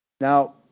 Now